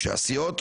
כשסיעות,